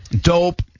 Dope